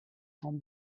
from